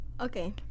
okay